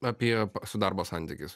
apie su darbo santykiais